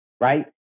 right